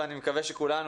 אני מקווה שכולנו,